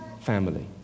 family